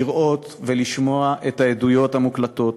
לראות ולשמוע את העדויות המוקלטות,